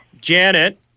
Janet